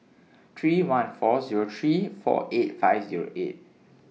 three one four Zero three four eight five Zero eight